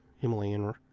Himalayan